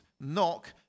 Knock